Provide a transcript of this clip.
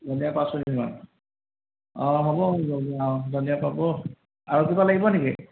ধনিয়া পাঁচ মুঠি মান অঁ হ'ব হ'ব হ'ব অঁ ধনিয়া পাব আৰু কিবা লাগিব নেকি